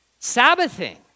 sabbathing